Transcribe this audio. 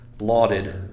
lauded